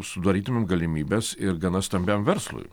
sudarytumėm galimybes ir gana stambiam verslui